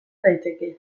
daiteke